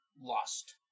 lost